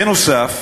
בנוסף,